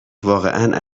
واقعا